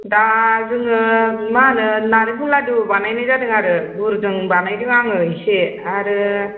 दा जोङो मा होनो नारेंखल लादु बानायनाय जादों आरो गुरजों बानायदों आङो एसे आरो